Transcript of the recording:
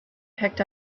picked